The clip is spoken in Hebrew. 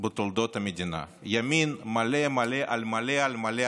בתולדות המדינה, ימין מלא מלא על-מלא על-מלא.